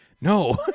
No